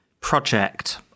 project